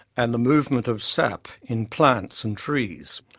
and the movement of sap in plants and trees.